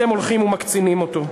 אתם הולכים ומקצינים אותו.